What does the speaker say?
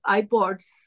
iPods